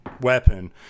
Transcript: weapon